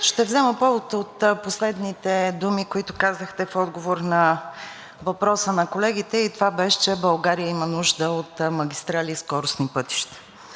ще взема повод от последните думи, които казахте в отговор на въпроса на колегите, и това беше, че България има нужди от магистрали и скоростни пътища.